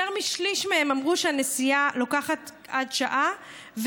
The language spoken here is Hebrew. יותר משליש מהם אמרו שהנסיעה לוקחת עד שעה,